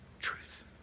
truth